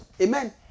Amen